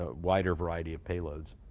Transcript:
ah wider variety of payloads,